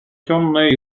темная